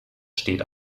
steht